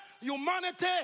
humanity